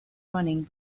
running